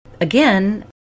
again